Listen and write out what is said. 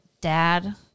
dad